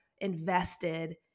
invested